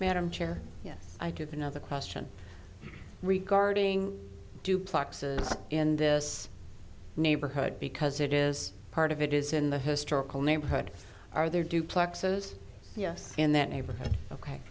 madam chair yes i get another question regarding duplexes in this neighborhood because it is part of it is in the historical neighborhood are there duplexes yes in that neighborhood ok